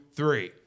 three